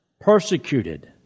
Persecuted